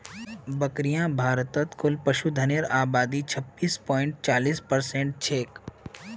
बकरियां भारतत कुल पशुधनेर आबादीत छब्बीस पॉइंट चालीस परसेंट छेक